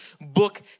book